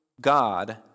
God